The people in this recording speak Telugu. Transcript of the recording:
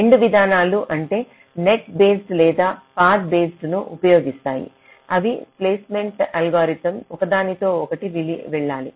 రెండు విధానాలు అంటే నెట్ బేస్డ్ లేదా పాత్ బేస్డ్ ను ఉపయోగిస్తాయి అవి ప్లేస్మెంట్ అల్గోరిథంతో ఒకదానితో ఒకటివెళ్లాలి